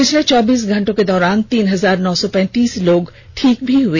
पिछले चौबीस घंटे के दौरान तीन हजार नौ सौ पैंतीस लोग ठीक हए